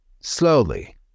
slowly